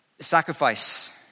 Sacrifice